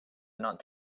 not